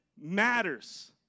matters